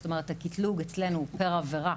זאת אומרת הקטלוג אצלנו הוא פר עבירה